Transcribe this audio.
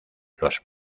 los